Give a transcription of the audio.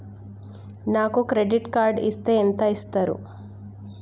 నాకు credit card ఇస్తే ఎంత ఇస్తరు?